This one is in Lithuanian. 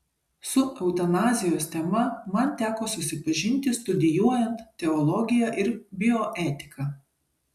su eutanazijos tema man teko susipažinti studijuojant teologiją ir bioetiką